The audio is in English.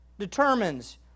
determines